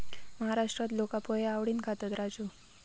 महाराष्ट्रात लोका पोहे आवडीन खातत, राजू